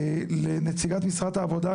לנציגת משרד העבודה,